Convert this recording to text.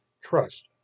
Trust